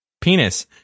Penis